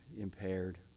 impaired